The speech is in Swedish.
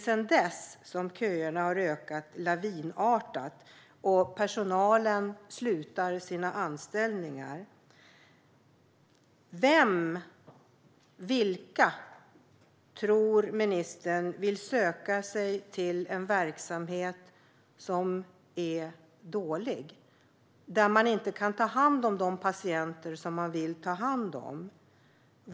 Sedan dess har köerna ökat lavinartat. Personalen slutar sina anställningar. Vem eller vilka tror ministern vill söka sig till en verksamhet som är dålig, där man inte kan ta hand om de patienter man vill ta hand om?